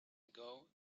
ago